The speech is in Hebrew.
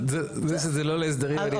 זה שזה לא להסדרים אני יודע.